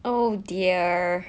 oh dear